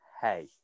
Hey